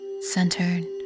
centered